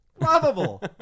lovable